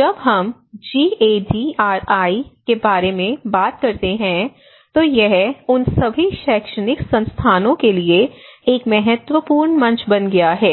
जब हम जीएडीआरआई के बारे में बात करते हैं तो यह उन सभी शैक्षणिक संस्थानों के लिए एक महत्वपूर्ण मंच बन गया है